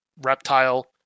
Reptile